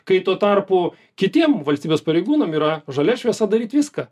kai tuo tarpu kitiem valstybės pareigūnams yra žalia šviesa daryt viską